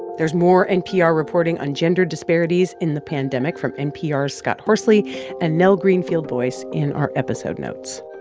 there's more npr reporting on gender disparities in the pandemic from npr's scott horsley and nell greenfieldboyce in our episode notes